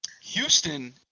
Houston